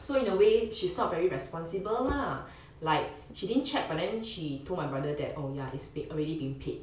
so in a way she's not very responsible lah like she didn't check but then she told my brother that oh ya it's already been paid